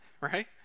right